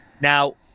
now